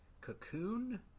Cocoon